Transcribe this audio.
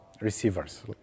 receivers